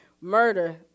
murder